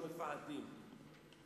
לא מפחדים.